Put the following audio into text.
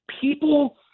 People